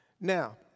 Now